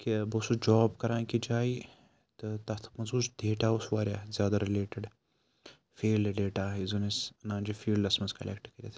کہِ بہٕ اوسُس جاب کَران أکِس جایہِ تہٕ تَتھ منٛز اوس ڈیٹا اوس واریاہ زیادٕ رٕلیٹٕڈ فیٖلڈٕ ڈیٹا یُس زَن أسۍ اَنان چھِ فیٖلڈَس منٛز کَلیکٹ کٔرِتھ